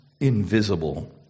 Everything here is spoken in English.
invisible